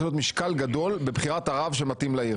משקל גדול בבחירת הרב שמתאים לעיר.